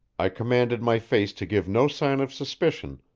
i commanded my face to give no sign of suspicion,